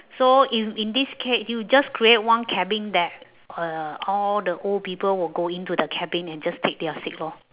so if in this case you just create one cabin that uh all the old people will go into the cabin and just take their seat lor